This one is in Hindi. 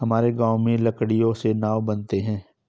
हमारे गांव में लकड़ियों से नाव बनते हैं